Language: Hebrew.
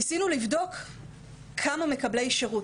ניסינו לבדוק כמה מקבלי שירות,